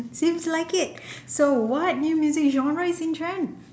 seems like it so what new music genre is in trend